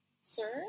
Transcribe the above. Sir